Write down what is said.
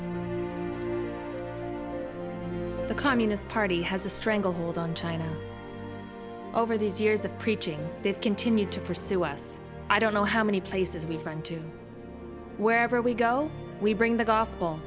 the communist party has a stranglehold on china over these years of preaching they've continued to pursue us i don't know how many places we've run to wherever we go we bring the gospel